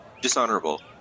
Dishonorable